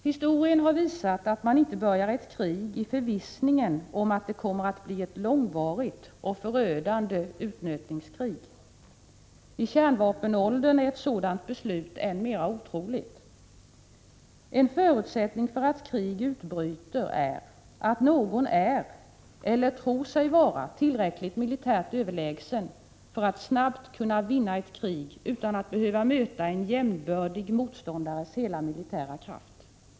Historien har visat att man inte börjar ett krig i förvissningen om att det kommer att bli ett långvarigt och förödande utnötningskrig. I kärnvapenåldern är ett sådant beslut än mera otroligt. En förutsättning för att krig utbryter är att någon är, eller tror sig vara, tillräckligt militärt överlägsen för att snabbt kunna vinna ett krig utan att behöva möta en jämbördig motståndares hela militära kraft.